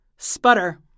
Sputter